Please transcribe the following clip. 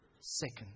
second